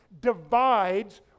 divides